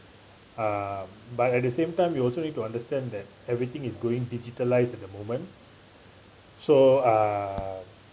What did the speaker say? uh but at the same time you also need to understand that everything is going digitalized at the moment so uh